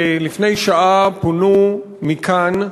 לפני שעה פונו מכאן,